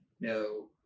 No